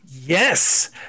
yes